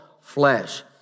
flesh